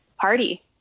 party